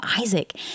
Isaac